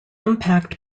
impact